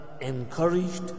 encouraged